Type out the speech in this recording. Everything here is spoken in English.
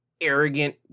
arrogant